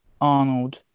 Arnold